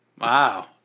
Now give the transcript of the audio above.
Wow